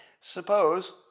Suppose